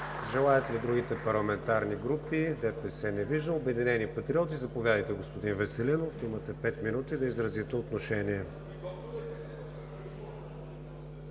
Желаят ли другите парламентарни групи – ДПС? Не виждам. „Обединени патриоти“? Господин Веселинов, имате пет минути да изразите отношение.